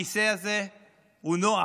הכיסא הזה הוא נוח,